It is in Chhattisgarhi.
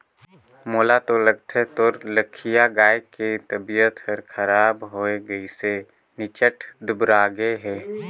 मोला तो लगथे तोर लखिया गाय के तबियत हर खराब होये गइसे निच्च्ट दुबरागे हे